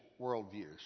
worldviews